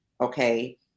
okay